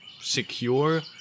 secure